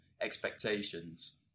expectations